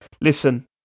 listen